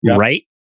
right